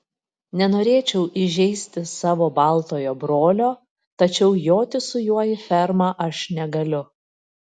nenorėčiau įžeisti savo baltojo brolio tačiau joti su juo į fermą aš negaliu